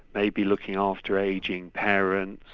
maybe looking after ageing parents,